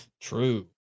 True